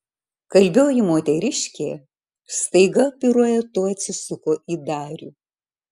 kalbioji moteriškė staiga piruetu atsisuko į darių